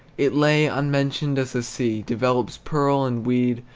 it lay unmentioned, as the sea develops pearl and weed,